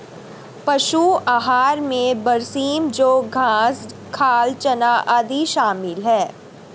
पशु आहार में बरसीम जौं घास खाल चना आदि शामिल है